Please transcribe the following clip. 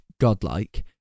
godlike